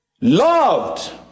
Loved